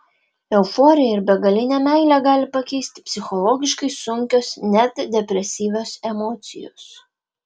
euforiją ir begalinę meilę gali pakeisti psichologiškai sunkios net depresyvios emocijos